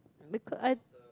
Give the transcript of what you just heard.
because I